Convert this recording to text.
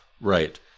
Right